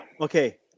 okay